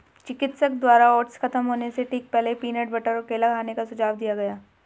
चिकित्सक द्वारा ओट्स खत्म होने से ठीक पहले, पीनट बटर और केला खाने का सुझाव दिया गया